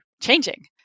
changing